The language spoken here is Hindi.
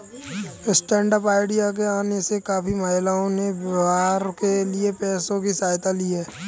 स्टैन्डअप इंडिया के आने से काफी महिलाओं ने व्यापार के लिए पैसों की सहायता ली है